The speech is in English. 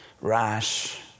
rash